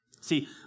See